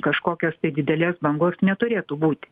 kažkokios tai didelės bangos neturėtų būti